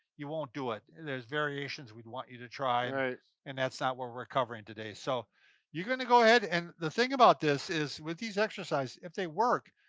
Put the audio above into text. you won't do it. there's variations we'd want you to try and and that's not what we're covering today. so you're gonna go ahead and the thing about this is, with these exercises, if they work,